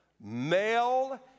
male